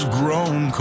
grown